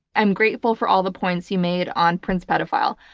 i'm grateful for all the points you made on prince pedophile.